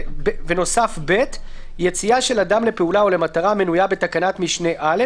נוסף (ב) יציאה של אדם לפעולה או למטרה המנויה בתקנת משנה (א)